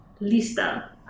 Lista